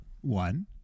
One